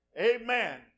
amen